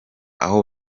aho